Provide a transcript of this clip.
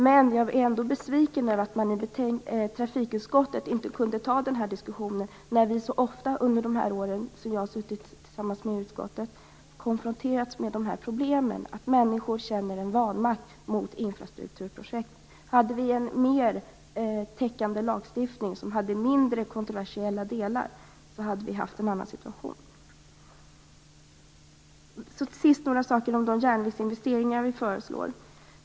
Men jag är ändå besviken över att trafikutskottet inte kunde ta den här diskussionen. Vi har ju så ofta under de här åren som jag har suttit i utskottet konfronterats med problemen att människor känner en vanmakt inför infrastrukturprojekt. Vi hade haft en annan situation om vi hade haft en mer täckande lagstiftning som hade mindre kontroversiella delar. Till sist några saker om de järnvägsinvesteringar som vi föreslår.